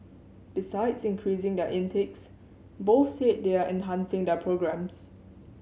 besides increasing their intakes both said they are enhancing their programmes